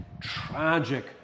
tragic